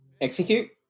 Execute